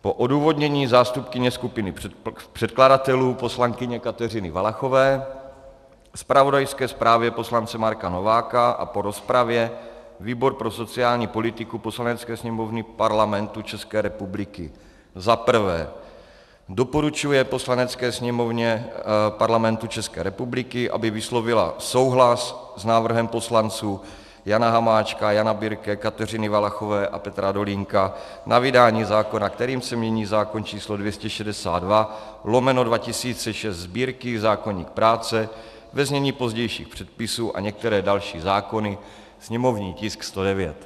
Po odůvodnění zástupkyně skupiny předkladatelů poslankyně Kateřiny Valachové, zpravodajské zprávě poslance Marka Nováka a po rozpravě výbor pro sociální politiku Poslanecké sněmovny Parlamentu České republiky za prvé doporučuje Poslanecké sněmovně Parlamentu České republiky, aby vyslovila souhlas s návrhem poslanců Jana Hamáčka, Jana Birke, Kateřiny Valachové a Petra Dolínka na vydání zákona, kterým se mění zákon číslo 262/2006 Sb., zákoník práce, ve znění pozdějších předpisů, a některé další zákony, sněmovní tisk číslo 109.